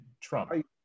Trump